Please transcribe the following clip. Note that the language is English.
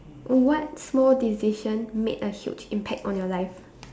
what small decision made a huge impact on your life